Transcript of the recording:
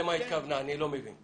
למה היא התכוונה אני לא מבין.